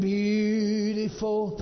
beautiful